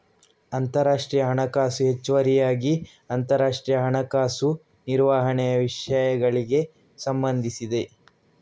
ಅಂತರರಾಷ್ಟ್ರೀಯ ಹಣಕಾಸು ಹೆಚ್ಚುವರಿಯಾಗಿ ಅಂತರರಾಷ್ಟ್ರೀಯ ಹಣಕಾಸು ನಿರ್ವಹಣೆಯ ವಿಷಯಗಳಿಗೆ ಸಂಬಂಧಿಸಿದೆ